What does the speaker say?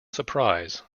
surprise